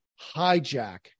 hijack